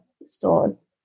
stores